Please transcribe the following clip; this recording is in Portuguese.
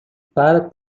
para